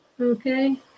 okay